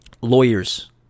lawyers